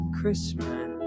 Christmas